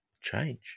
change